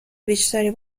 بیشتری